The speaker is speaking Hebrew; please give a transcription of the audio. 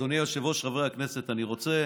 אדוני היושב-ראש, חברי הכנסת, אני רוצה